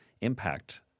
impact